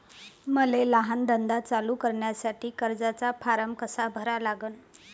मले लहान धंदा चालू करासाठी कर्जाचा फारम कसा भरा लागन?